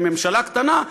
וממשלה קטנה,